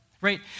right